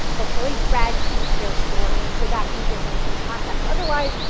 hopefully, read their story. and so that can give them some context. otherwise,